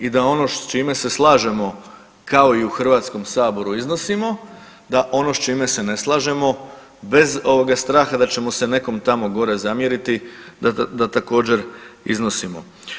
I da ono s čime se slažemo kao i u Hrvatskom saboru iznosimo da ono s čime se ne slažemo bez straha da ćemo se nekom tamo gore zamjeriti, da također iznosimo.